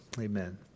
Amen